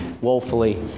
woefully